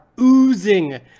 oozing